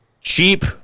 cheap